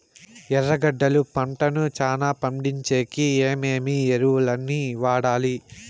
ఎర్రగడ్డలు పంటను చానా పండించేకి ఏమేమి ఎరువులని వాడాలి?